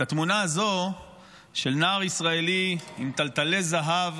את התמונה הזו של נער ישראלי עם תלתלי זהב,